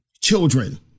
children